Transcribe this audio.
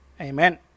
Amen